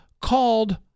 called